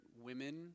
women